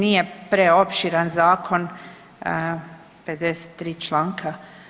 Nije preopširan zakon, 53 članka.